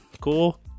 cool